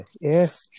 Yes